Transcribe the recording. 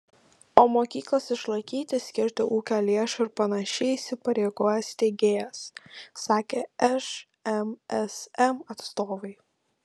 o mokyklas išlaikyti skirti ūkio lėšų ir panašiai įsipareigoja steigėjas sakė šmsm atstovai